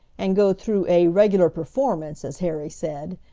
and go through a regular performance, as harry said,